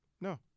No